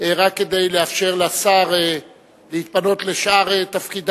הכרה בבית-הספר "חברותא" כמוסד רשמי,